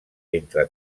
entre